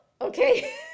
Okay